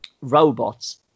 robots